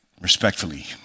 respectfully